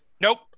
Nope